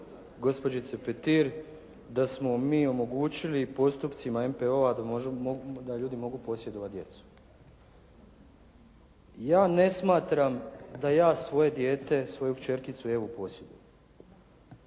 gospođice Petir da smo mi omogućila postupcima MPO-a da ljudi mogu posjedovati djecu. Ja ne smatram da ja svoje dijete, svoju kćerkicu Evu posjedujem.